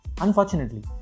Unfortunately